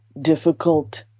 difficult